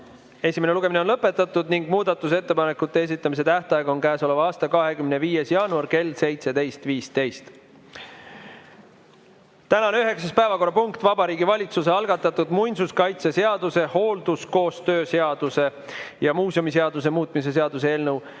Esimene lugemine on lõpetatud ning muudatusettepanekute esitamise tähtaeg on käesoleva aasta 25. jaanuar kell 17.15. Tänane üheksas päevakorrapunkt on Vabariigi Valitsuse algatatud muinsuskaitseseaduse, halduskoostöö seaduse ja muuseumiseaduse muutmise seaduse eelnõu